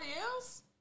else